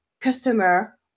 customer